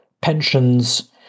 pensions